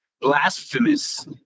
blasphemous